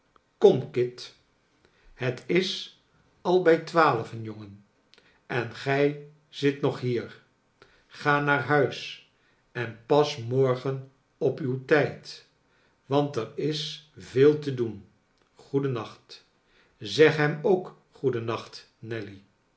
kom kit het is al bij twaalven jongen en gij zit nog hier ga naar huis en pas morgen op uw tijd want er is veel te doen goeden nacht zeg hem ook goeden nacht nelly